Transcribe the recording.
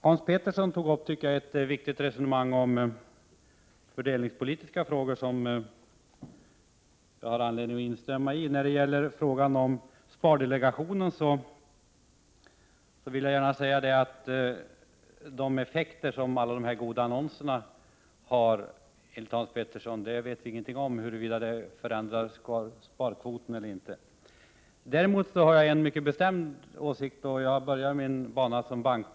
Hans Petersson i Hallstahammar tog upp ett viktigt resonemang, tycker jag, om fördelningspolitiska frågor som jag har anledning att instämma i. I fråga om de goda effekter som Hans Petersson anser att spardelegationens annonser har haft vill jag gärna säga att vi ingenting vet om huruvida de förändrar sparkvoten eller inte. Däremot har jag en mycket bestämd åsikt om vem som bör sköta de sparfrämjande åtgärderna.